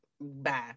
bye